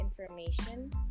information